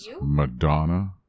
Madonna